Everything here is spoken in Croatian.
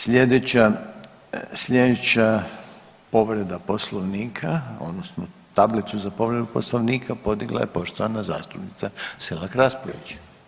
Slijedeća, slijedeća povreda Poslovnika odnosno tablicu za povredu Poslovnika podigla je poštovana zastupnica Selak Raspudić.